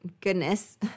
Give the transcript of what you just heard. Goodness